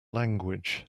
language